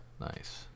nice